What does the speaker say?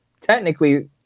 technically